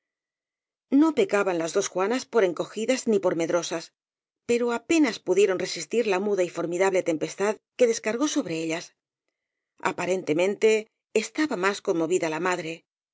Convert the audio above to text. no pecaban las dos juanas por encogidas ni por medrosas pero apenas pudieron resistir la müda y formidable tempestad que descargó sobre ellas aparentemente estaba más conmovida la madre